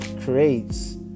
creates